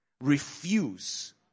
refuse